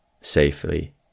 safely